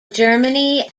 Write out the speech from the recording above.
germany